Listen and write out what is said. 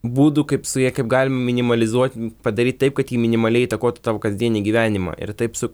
būdų kaip su ja kaip galim minimalizuot padaryt taip kad ji minimaliai įtakotų tavo kasdienį gyvenimą ir taip su